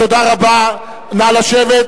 תודה רבה, נא לשבת.